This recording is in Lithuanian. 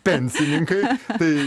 pensininkai tai